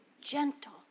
gentle